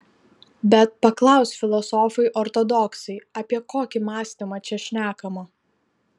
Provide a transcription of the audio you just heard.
bet paklaus filosofai ortodoksai apie kokį mąstymą čia šnekama